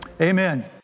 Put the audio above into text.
Amen